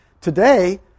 Today